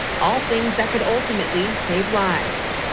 all things that could ultimately save lives.